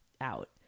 out